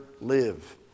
live